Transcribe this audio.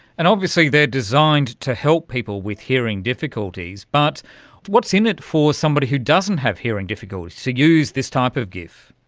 and obviously they are designed to help people with hearing difficulties, but what's in it for somebody who doesn't have hearing difficulties, to use this type of gif?